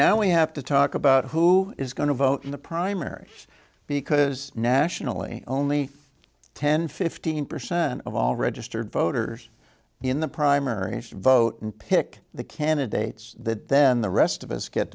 now we have to talk about who is going to vote in the primary because nationally only ten fifteen percent of all registered voters in the primaries vote and pick the candidates that then the rest of us get